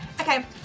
Okay